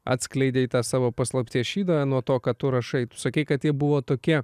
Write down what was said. atskleidei tą savo paslapties šydą nuo to kad tu rašai tu sakei kad jie buvo tokie